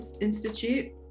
institute